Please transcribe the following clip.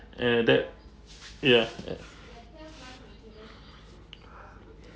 and that ya at